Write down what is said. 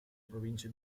province